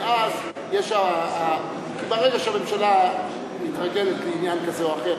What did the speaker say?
כי ברגע שהממשלה תתרגל בעניין כזה או אחר,